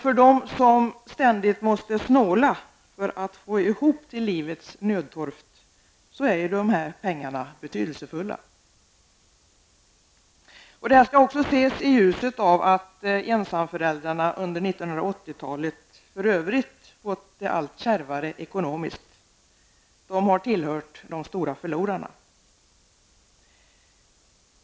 För dem som ständigt måste snåla för att få ihop till livets nödtorft är dessa pengar betydelsefulla. Det skall också ses i ljuset av att ensamföräldrarna under 1980-talet för övrigt fått det allt kärvare ekonomiskt. De har tillhört de stora förlorarna.